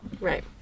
Right